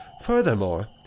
Furthermore